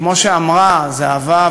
כמו שאמרה זהבה,